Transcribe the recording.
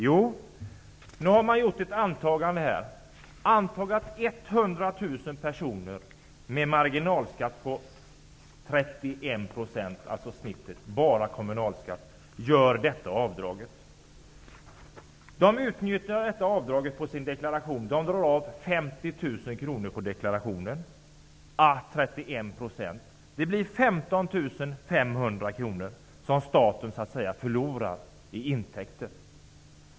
Jo, ett antagande om att 100 000 personer med en marginalskatt på genomsnittet 31 %, dvs. bara kommunalskatt, gör detta avdrag. De utnyttjar avdraget i sin deklaration genom att göra avdrag med 50 000 kr i deklarationen motsvarande 31 %. Det blir 15 500 kr i intäkter som staten så att säga förlorar.